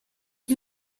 die